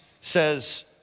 says